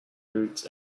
routes